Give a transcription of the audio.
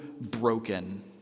Broken